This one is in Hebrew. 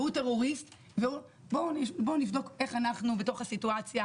בואו נבדוק איך אנחנו בתוך הסיטואציה,